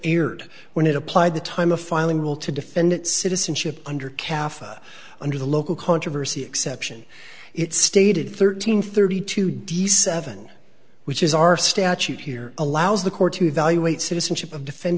erred when it applied the time of filing rule to defendant citizenship under cafe under the local controversy exception it stated thirteen thirty two d seven which is our statute here allows the court to evaluate citizenship of defend